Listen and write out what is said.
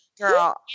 girl